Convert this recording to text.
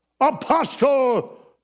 apostle